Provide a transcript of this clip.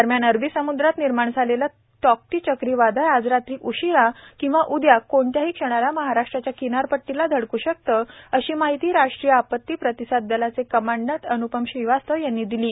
दरम्यान अरबी समुद्रात निर्माण झालेलं तौक्ते चक्रीवादळ आज रात्री उशीरा किंवा उद्या कोणत्याही क्षणाला महाराष्ट्राच्या किनारपट्टीला धडक् शकतं अशी माहिती राष्ट्रीय आपत्ती प्रतिसाद दलाचे कमांडंट अन्पम श्रीवास्तव दिली आहे